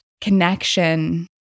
connection